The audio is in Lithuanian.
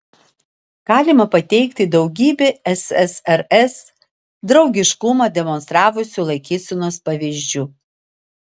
galima pateikti daugybę ssrs draugiškumą demonstravusių laikysenos pavyzdžių